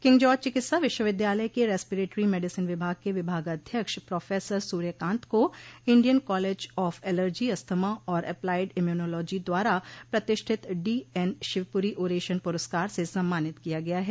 King George चिकित्सा विश्वविद्यालय के रेस्पेरिटरी मेडिसिन विभाग के विभागाध्यक्ष प्रोफेसर सूर्यकांत को Indian college of allergy asthma और एप्लाइड इम्यूनोलॉजी द्वारा प्रतिष्ठित डीएन शिवपुरी ओरेशन पुरस्कार से सम्मानित किया गया है